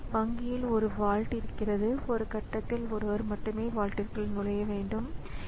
அவை ஒவ்வொன்றுக்கும் தனித்தனியாக டிவைஸ் கண்ட்ரோலர்கள் இருக்க வேண்டிய அவசியமில்லை